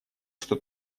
что